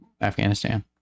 Afghanistan